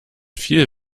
viel